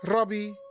Robbie